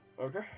Okay